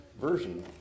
version